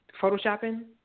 Photoshopping